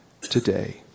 today